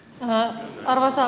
arvoisa puhemies